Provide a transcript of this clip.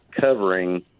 covering